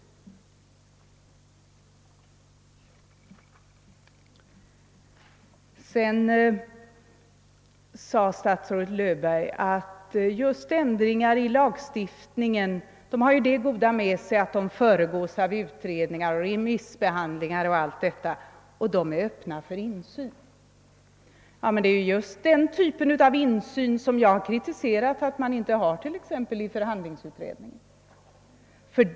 Statsrådet Löfberg sade vidare, att ändringar i lagstiftningen har det goda med sig att de föregås av utredningar och remissyttranden vilka är öppna för insyn. Men vad jag kritiserat är just att man inte har den typen av insyn i t.ex. förhandlingsutredningen.